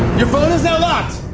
your phone is now locked!